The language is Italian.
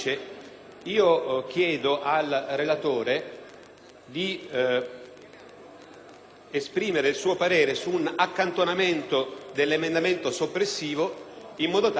esprimere il suo parere su un accantonamento dell'emendamento soppressivo 4.108, in modo tale che si possa trattare della delicata questione in un unico momento,